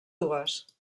dues